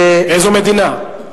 באיזו מדינה?